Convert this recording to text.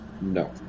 No